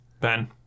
Ben